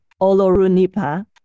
Olorunipa